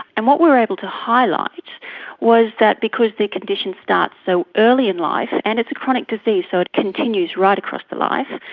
and what we were able to highlight was that because their condition starts so early in life, and it's a chronic disease so it continues right across life,